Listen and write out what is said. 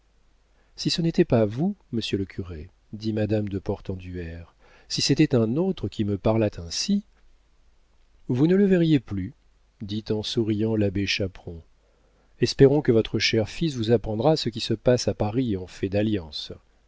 si ce n'était pas vous monsieur le curé dit madame de portenduère si c'était un autre qui me parlât ainsi vous ne le verriez plus dit en souriant l'abbé chaperon espérons que votre cher fils vous apprendra ce qui se passe à paris en fait d'alliances